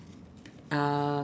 uh